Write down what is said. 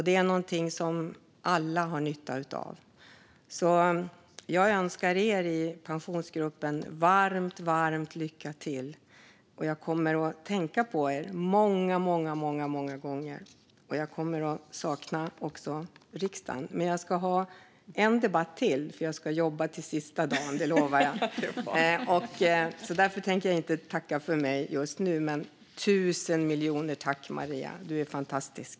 Det är något som alla har nytta av. Jag önskar er i Pensionsgruppen ett varmt lycka till. Jag kommer att tänka på er många gånger. Jag kommer att sakna riksdagen. Men jag ska delta i ytterligare en debatt - jag lovar att jobba till sista dagen - och därför tänker jag inte tacka för mig just nu. Tusen miljoner tack, Maria! Du är fantastisk.